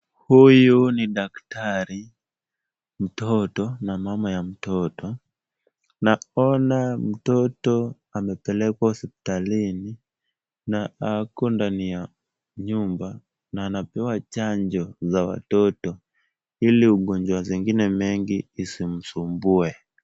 Huyu ni daktari, mtoto na mama ya mtoto. Naona mtoto amepelekwa hospitalini na ako ndani ya nyumba na anapewa chanjo za watoto ili ugonjwa zingine mengi isimsumbue.